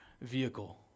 vehicle